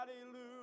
hallelujah